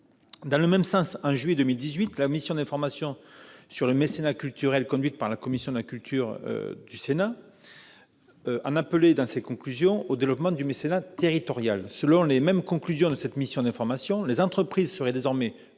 Dans le même sens, en juillet 2018, la mission d'information sur le mécénat culturel conduite par la commission de la culture, de l'éducation et de la communication du Sénat en appelait, dans ses conclusions, au développement du mécénat territorial. Selon les conclusions de cette mission d'information, les entreprises seraient désormais « plus